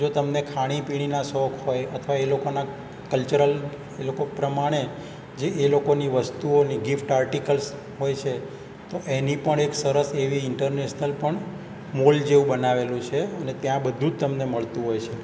જો તમને ખાણી પીણીના શોખ હોય અથવા એ લોકોના કલ્ચરલ એ લોકો પ્રમાણે જે એ લોકોની વસ્તુઓની ગિફ્ટ આર્ટિકલ્સ હોય છે તો એની પણ એક સરસ એવી ઇન્ટરનેશનલ પણ મોલ જેવું બનાવેલું છે અને ત્યાં બધું જ તમને મળતું હોય છે